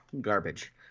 garbage